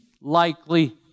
likely